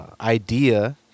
idea